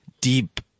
deep